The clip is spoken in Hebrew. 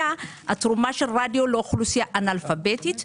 התרומה של רדיו לאוכלוסייה אנאלפאביתית.